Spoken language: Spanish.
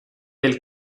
del